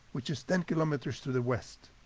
which is ten kilometers to the west.